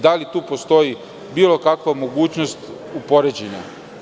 Da li tu postoji bilo kakva mogućnost u poređenju?